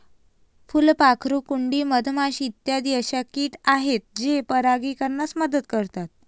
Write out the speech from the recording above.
फुलपाखरू, कुंडी, मधमाशी इत्यादी अशा किट आहेत जे परागीकरणास मदत करतात